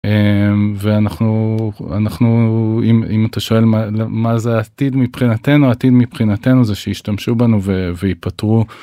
ואנחנו... אם אתה שואל מה זה העתיד מבחינתנו, העתיד מבחינתנו זה שישתמשו בנו וייפטרו...